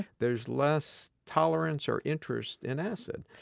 there's less tolerance or interest in acid.